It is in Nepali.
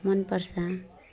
मन पर्छ